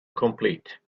complete